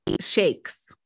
shakes